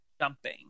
jumping